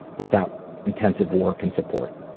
without intensive work and support.